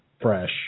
fresh